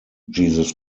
jesus